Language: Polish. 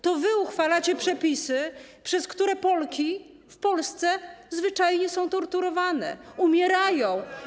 To wy uchwalacie przepisy, przez które Polki w Polsce zwyczajnie są torturowane, umierają.